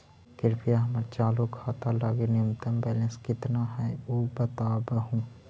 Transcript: कृपया हमर चालू खाता लगी न्यूनतम बैलेंस कितना हई ऊ बतावहुं